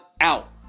out